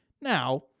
now